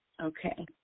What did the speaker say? Okay